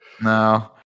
No